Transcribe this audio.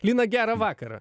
lina gerą vakarą